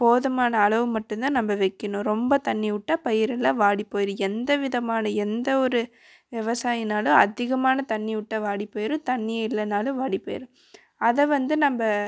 போதுமான அளவு மட்டும் தான் நம்ம வக்கிணும் ரொம்ப தண்ணி விட்டா பயிரெல்லாம் வாடி போயிடும் எந்த விதமான எந்த ஒரு விவசாயினாலும் அதிகமான தண்ணி விட்டா வாடி போயிடும் தண்ணியே இல்லைனாலும் வாடி போயிடும் அதை வந்து நம்ம